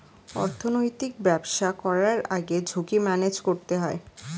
অর্থনৈতিক ব্যবসা করার আগে ঝুঁকি ম্যানেজ করতে হয়